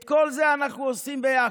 את כל זה אנחנו עושים ביחד,